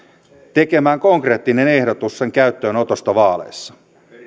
tekemään konkreettinen ehdotus sen käyttöönotosta vaaleissa